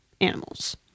animals